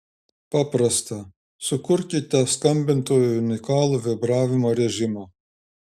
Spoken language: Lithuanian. paprasta sukurkite skambintojui unikalų vibravimo režimą